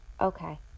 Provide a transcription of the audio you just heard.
okay